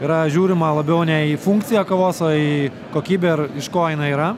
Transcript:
yra žiūrima labiau ne į funkciją kavos o į kokybę ir iš ko jinai yra